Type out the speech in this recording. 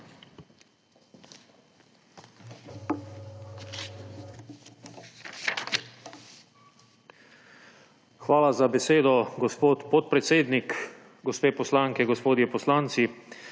Hvala za besedo, gospod podpredsednik. Gospe poslanke, gospodje poslanci!